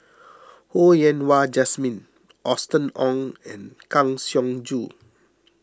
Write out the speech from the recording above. Ho Yen Wah Jesmine Austen Ong and Kang Siong Joo